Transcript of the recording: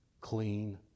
clean